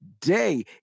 day